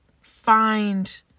find